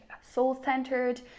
soul-centered